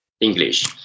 English